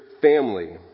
family